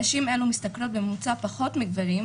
נשים אלו משתכרות בממוצע פחות מגברים,